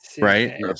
right